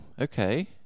okay